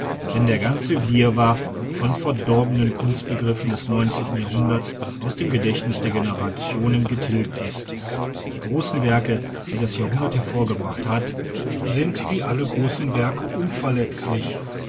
wenn der ganze wirrwar von verdorbenen kunstbegriffen des neunzehnten jahrhunderts aus dem gedächtnis der generationen getilgt ist die großen werke die das jahrhundert hervorgebracht hat sind wie alle großen werke unverletzlich